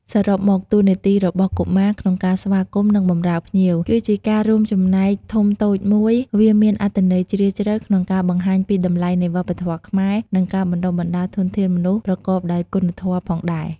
សរុបមក តួនាទីរបស់កុមារក្នុងការស្វាគមន៍ និងបម្រើភ្ញៀវ គឺជាការរួមចំណែកធំតូចមួយ វាមានអត្ថន័យជ្រាលជ្រៅក្នុងការបង្ហាញពីតម្លៃនៃវប្បធម៌ខ្មែរ និងការបណ្ដុះបណ្ដាលធនធានមនុស្សប្រកបដោយគុណធម៌ផងដែរ។